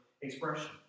expression